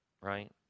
right